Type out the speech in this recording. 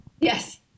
Yes